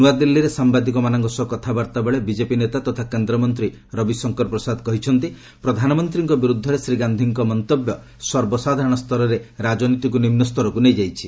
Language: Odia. ନ୍ତଆଦିଲ୍ଲୀରେ ସାମ୍ଭାଦିକମାନଙ୍କ ସହ କଥାବାର୍ତ୍ତା ବେଳେ ବିଜେପି ନେତା ତଥା କେନ୍ଦ୍ରମନ୍ତ୍ରୀ ରବୀଶଙ୍କର ପ୍ରସାଦ କହିଛନ୍ତି ପ୍ରଧାନମନ୍ତ୍ରୀଙ୍କ ବିରୁଦ୍ଧରେ ଶ୍ରୀ ଗାନ୍ଧିଙ୍କ ମନ୍ତବ୍ୟ ସର୍ବସାଧାରଣ ସ୍ତରରେ ରାଜନୀତିକୁ ନିମ୍ବ ସ୍ତରକୁ ନେଇଯାଇଛି